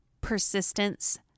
persistence